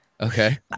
Okay